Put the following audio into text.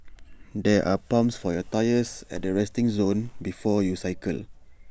there are pumps for your tyres at the resting zone before you cycle